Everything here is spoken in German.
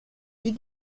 die